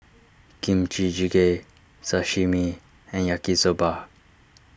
Kimchi Jjigae Sashimi and Yaki Soba